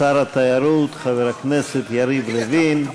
שר התיירות חבר הכנסת יריב לוין,